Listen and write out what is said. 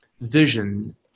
vision